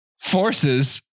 forces